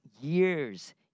years